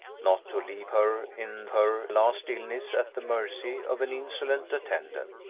not to leave her in her last illness at the mercy of an insolent attendant.